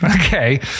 Okay